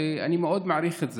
ואני מאוד מעריך את זה.